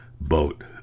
boat